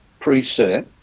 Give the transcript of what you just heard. preset